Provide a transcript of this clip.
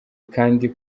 kandi